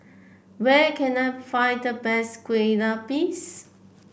where can I find the best Kueh Lupis